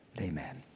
Amen